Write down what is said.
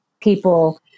people